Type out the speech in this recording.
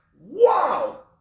Wow